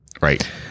right